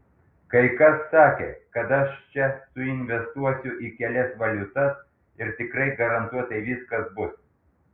kai kas sakė kad aš čia suinvestuosiu į kelias valiutas ir tikrai garantuotai viskas bus